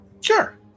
sure